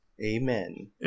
Amen